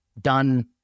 done